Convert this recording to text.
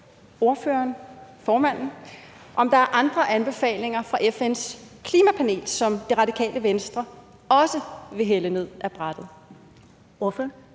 ordføreren, formanden, om der er andre anbefalinger fra FN's klimapanel, som Det Radikale Venstre også vil hælde ned ad brættet. Kl.